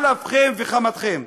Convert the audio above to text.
על אפכם וחמתכם.